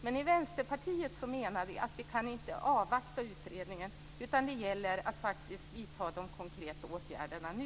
Men i Vänsterpartiet menar vi att vi inte kan avvakta utredningen, utan det gäller att faktiskt vidta de konkreta åtgärderna nu.